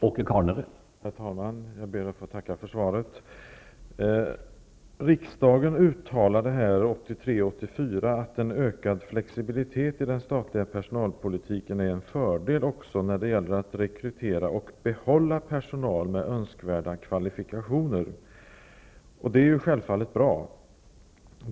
Herr talman! Jag ber att få tacka för svaret. Riksdagens uttalade 1983/84 att en ökad flexibilitet i den statliga personalpolitiken är en fördel också när det gäller att rekrytera och behålla personal med önskvärda kvalifikationer. Det är självfallet bra.